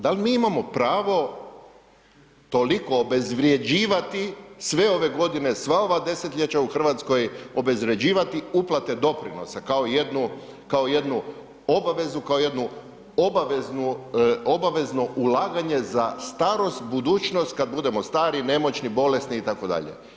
Da li mi imamo pravo toliko obezvrjeđivati sve ove godine, sva ova desetljeća u Hrvatskoj obezvrjeđivati uplate doprinosa kao jednu, kao jednu obavezu, kao jednu obaveznu, obavezno ulaganje za starost, budućnost kad budemo stari, nemoćni, bolesni itd.